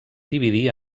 dividir